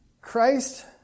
Christ